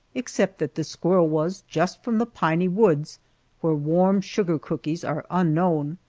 except that the squirrel was just from the piney woods where warm sugar cakes are unknown,